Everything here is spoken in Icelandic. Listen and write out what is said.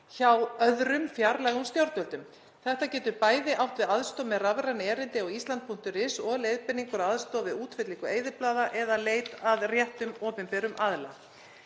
hjá öðrum fjarlægum stjórnvöldum. Þetta getur bæði átt við aðstoð með rafræn erindi á Ísland.is og leiðbeiningar og aðstoð við útfyllingu eyðublaða eða leit að réttum opinberum aðila.